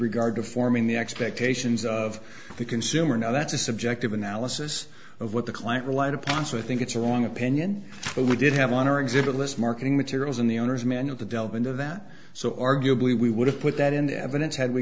regard to forming the expectations of the consumer now that's a subjective analysis of what the client relied upon so i think it's a wrong opinion but we did have on our exhibit list marketing materials in the owner's manual to delve into that so arguably we would have put that in the evidence had we